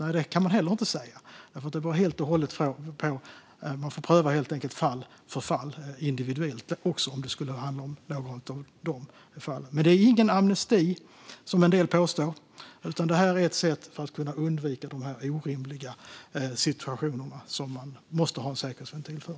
Nej, det kan man inte heller säga, eftersom detta prövas individuellt från fall till fall. Detta är ingen amnesti, som en del påstår, utan ett sätt att kunna undvika orimliga situationer som man måste ha en säkerhetsventil för.